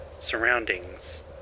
surroundings